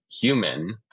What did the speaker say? human